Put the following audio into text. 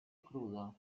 crudo